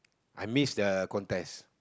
I miss the contest